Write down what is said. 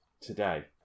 today